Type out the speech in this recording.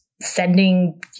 sending